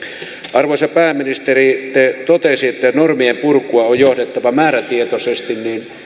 arvoisa pääministeri te totesitte että normien purkua on johdettava määrätietoisesti